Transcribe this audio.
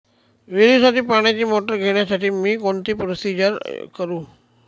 विहिरीसाठी पाण्याची मोटर घेण्यासाठी मी कोणती प्रोसिजर करु?